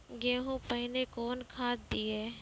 गेहूँ पहने कौन खाद दिए?